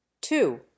two